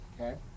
Okay